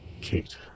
Kate